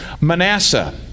Manasseh